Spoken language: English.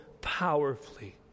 powerfully